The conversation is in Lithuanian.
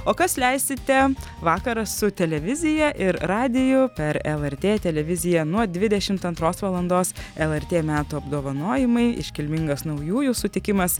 o kas leisite vakarą su televizija ir radiju per lrt televiziją nuo dvidešmt antros valandos lrt metų apdovanojimai iškilmingas naujųjų sutikimas